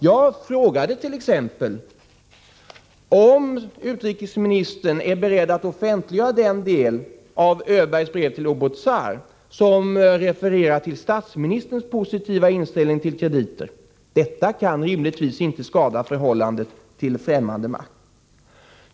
Jag frågade t.ex. om utrikesministern är beredd att offentliggöra den del av Öbergs brev till Obouzar som refererar till statsministerns positiva inställning till krediter. Det kan rimligtvis inte skada förhållandet till främmande makt.